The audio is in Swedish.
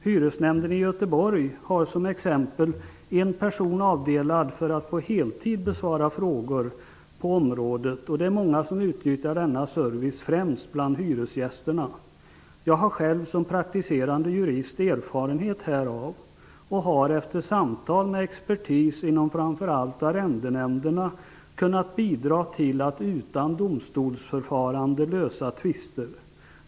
Hyresnämnden i Göteborg har som exempel en person avdelad för att på heltid besvara frågor på området. Det är många som utnyttjar denna service, främst bland hyresgästerna. Jag har själv som praktiserande jurist erfarenhet härav och har efter samtal med expertis inom framför allt arrendenämnderna kunnat bidra till att utan domstolsförfarande lösa tvister.